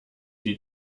die